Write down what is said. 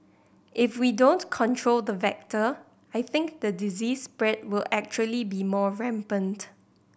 if we don't control the vector I think the disease spread will actually be more rampant